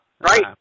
Right